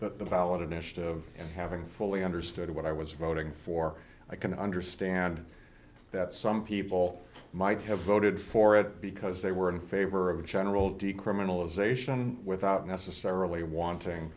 the ballot initiative and having fully understood what i was voting for i can understand that some people might have voted for it because they were in favor of general decriminalization without necessarily wanting